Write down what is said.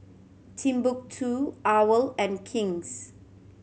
Timbuk Two owl and King's